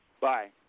Bye